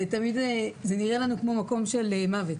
ותמיד זה נראה לנו כמו מקום של מוות,